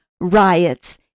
riots